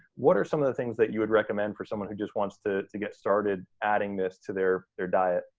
what are some of the things that you would recommend for someone who just wants to to get started adding this to their their diet?